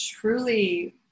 truly